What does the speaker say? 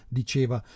diceva